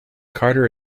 carter